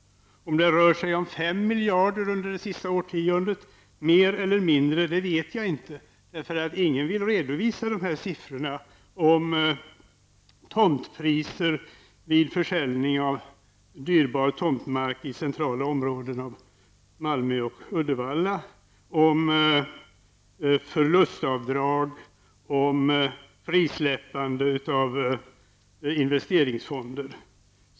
Om det rör sig om fem miljarder under det senaste årtiondet, eller mer eller mindre, vet jag inte. Ingen vill redovisa siffrorna för tomtpriser vid försäljning av dyrbar tomtmark i centrala områden av Malmö och Uddevalla, förlustavdrag, frisläppande av investeringsfonder m.m.